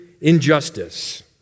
injustice